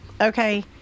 Okay